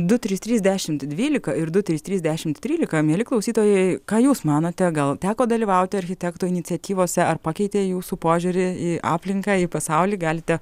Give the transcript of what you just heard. du trys trys dešimt dvylika ir du trys trys dešimt trylika mieli klausytojai ką jūs manote gal teko dalyvauti architektų iniciatyvose ar pakeitė jūsų požiūrį į aplinką į pasaulį galite